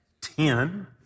Ten